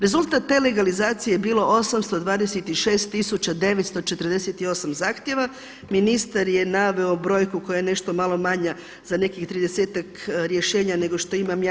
Rezultat te legalizacije je bilo 826 tisuća 948 zahtjeva, ministar je naveo brojku koja je nešto malo manja za nekih tridesetak rješenja nego što imam ja.